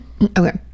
okay